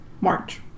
March